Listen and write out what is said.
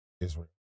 Israel